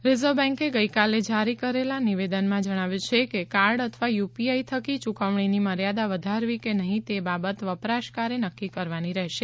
reserve બેન્કે ગઇકાલે જારી કરેલા નિવેદનમાં જણાવ્યું છે કે કાર્ડ અથવા યુપીઆઈ થકી ચૂકવણીની મર્યાદા વધારવી કે નહીં તે બાબત વપરાશકારે નક્કી કરવાની રહેશે